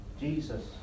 Jesus